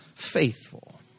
faithful